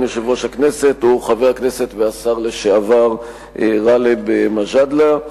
יושב-ראש הכנסת הוא חבר הכנסת והשר לשעבר גאלב מג'אדלה.